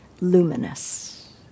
luminous